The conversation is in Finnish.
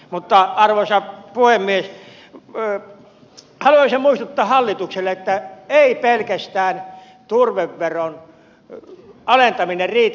mutta arvoisa puhemies haluaisin muistuttaa hallitukselle että ei pelkästään turveveron alentaminen riitä